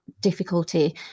difficulty